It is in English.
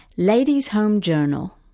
ladies home journal.